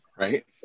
Right